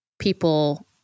people